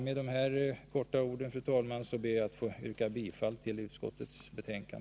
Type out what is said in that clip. Med dessa ord, fru talman, ber jag att få yrka bifall till utskottets hemställan.